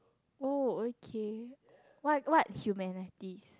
oh okay what what humanities